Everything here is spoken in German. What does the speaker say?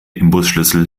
imbusschlüssel